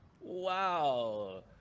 Wow